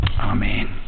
Amen